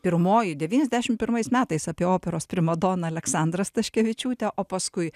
pirmoji devyniasdešim pirmais metais apie operos primadoną aleksandrą staškevičiūtę o paskui